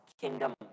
Kingdom